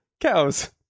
cows